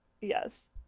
Yes